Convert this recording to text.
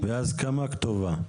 בהסכמה כתובה.